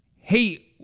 hey